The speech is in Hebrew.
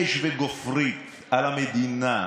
אש וגופרית על המדינה,